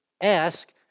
ask